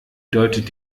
deutet